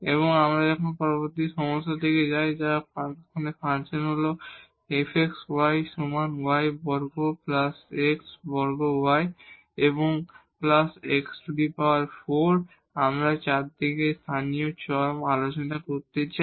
এবং এখন আমরা পরবর্তী সমস্যার দিকে যাই যা এখানে ফাংশন হল fx y সমান y বর্গ প্লাস x বর্গ y এবং প্লাস x 4 আমরা চারটি লোকাল এক্সট্রিমা আলোচনা করতে চাই